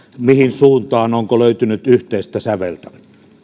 mihin suuntaan onko löytynyt yhteistä säveltä